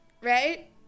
right